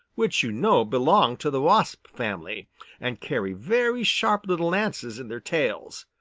which you know belong to the wasp family and carry very sharp little lances in their tails.